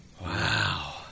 wow